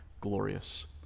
glorious